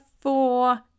four